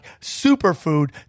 superfood